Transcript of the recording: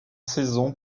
saison